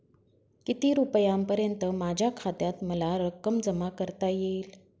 किती रुपयांपर्यंत माझ्या खात्यात मला रक्कम जमा करता येईल?